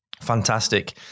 fantastic